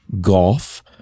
golf